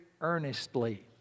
earnestly